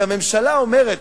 כי הממשלה אומרת,